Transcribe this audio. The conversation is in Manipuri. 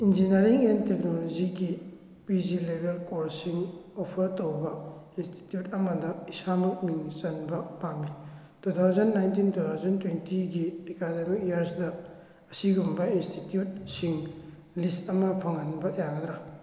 ꯏꯟꯖꯤꯅꯤꯌꯥꯔꯤꯡ ꯑꯦꯟ ꯇꯦꯛꯅꯣꯂꯣꯖꯤꯒꯤ ꯄꯤ ꯖꯤ ꯂꯦꯕꯦꯜ ꯀꯣꯔꯁꯁꯤꯡ ꯑꯣꯐꯔ ꯇꯧꯕ ꯏꯟꯁꯇꯤꯇ꯭ꯌꯨꯠ ꯑꯃꯗ ꯏꯁꯥꯃꯛ ꯃꯤꯡ ꯆꯟꯕ ꯄꯥꯝꯃꯤ two thousand nineteen two thousand ꯇ꯭ꯋꯦꯟꯇꯤꯒꯤ ꯑꯦꯀꯥꯗꯃꯤꯛ ꯏꯌꯥꯔꯁꯗ ꯑꯁꯤꯒꯨꯝꯕ ꯏꯟꯁꯇꯤꯇ꯭ꯌꯨꯠꯁꯤꯡ ꯂꯤꯁ ꯑꯃ ꯐꯪꯍꯟꯕ ꯌꯥꯒꯗ꯭ꯔꯥ